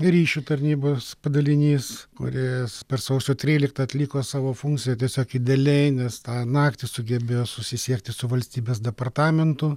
ryšių tarnybos padalinys kuris per sausio tryliktą atliko savo funkciją tiesiog idealiai nes tą naktį sugebėjo susisiekti su valstybės departamentu